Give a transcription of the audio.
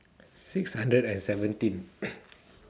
six hundred and seventeen